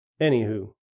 Anywho